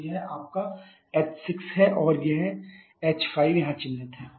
तो यह आपका h6 है और h5 यहाँ चिह्नित है